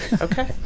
Okay